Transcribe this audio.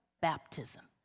baptism